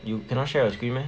you cannot share your screen meh